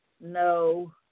no